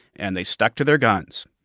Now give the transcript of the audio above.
and they stuck to their guns.